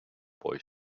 boy